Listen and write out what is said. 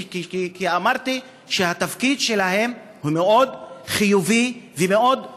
אמרתי שהתפקיד שלהם מאוד חיובי ומאוד חיוני,